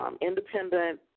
independent